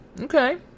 Okay